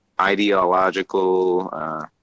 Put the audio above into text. ideological